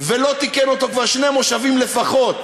ולא תיקן אותו כבר שני מושבים לפחות,